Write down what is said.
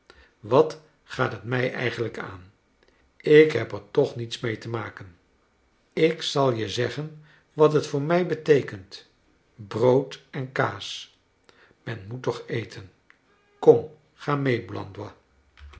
wat gaat het mrj eigenlijk aan ik heb er toch niets mee te maken ik zal je zeggen wat het voor mij beteekent brood en kaas men inoet toch eten kom ga mee